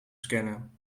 scannen